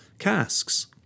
Casks